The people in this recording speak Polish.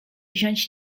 wziąć